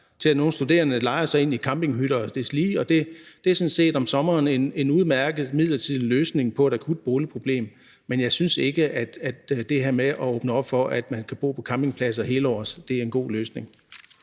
til, at nogle studerende lejer sig ind i campinghytter og deslige, og det er sådan set om sommeren en udmærket midlertidig løsning på et akut boligproblem, men jeg synes ikke, at det her med at åbne op for, at man kan bo på campingpladser hele året, er en god løsning.